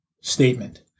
statement